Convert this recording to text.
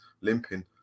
limping